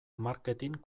marketin